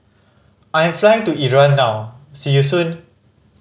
I am flying to Iran now see you soon